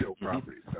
properties